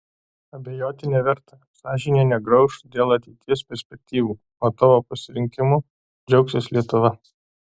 abejoti neverta sąžinė negrauš dėl ateities perspektyvų o tavo pasirinkimu džiaugsis lietuva